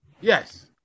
Yes